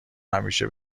همیشه